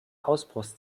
ausbruchs